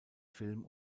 film